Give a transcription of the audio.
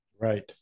Right